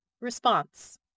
Response